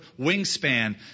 wingspan